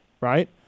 right